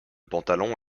pantalon